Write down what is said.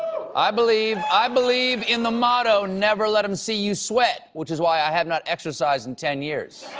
i believe i believe in the moto never let them see you sweat which is why i have not exercised in ten years.